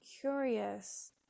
curious